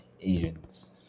agents